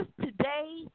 today